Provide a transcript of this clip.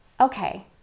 Okay